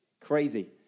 crazy